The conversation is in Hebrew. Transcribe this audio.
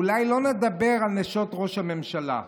אולי לא נדבר על נשות ראש הממשלה.